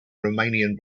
romanian